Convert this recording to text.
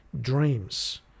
dreams